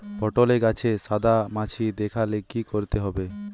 পটলে গাছে সাদা মাছি দেখালে কি করতে হবে?